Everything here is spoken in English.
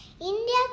India